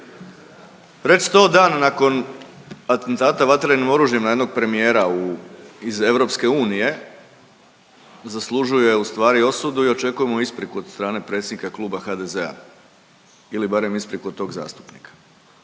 Reći to dan nakon atentata vatrenim oružjem na jednog premijera iz EU zaslužuje ustvari osudu i očekujemo ispriku od strane predsjednika kluba HDZ-a ili barem ispriku od tog zastupnika.